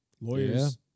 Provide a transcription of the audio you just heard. lawyers